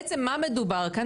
בעצם מה מדובר כאן?